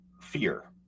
fear